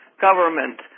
government